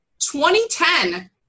2010